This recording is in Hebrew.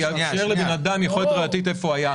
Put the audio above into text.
לאפשר לאדם יכולת ראייתית איפה הוא היה.